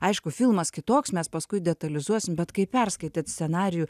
aišku filmas kitoks mes paskui detalizuosim bet kai perskaitėt scenarijų